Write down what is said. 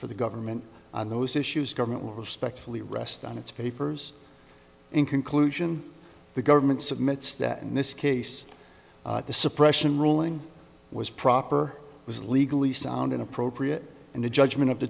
for the government on those issues government will respectfully rest on its papers in conclusion the government's admits that in this case the suppression ruling was proper was legally sound inappropriate and the judgment of the